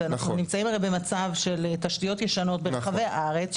ואנחנו נמצאים הרי במצב של תשתיות ישנות ברחבי הארץ,